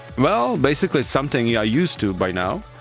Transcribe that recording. well basically something you're used to by now,